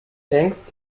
längst